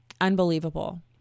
Unbelievable